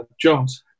Jones